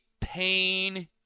pain